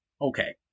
Okay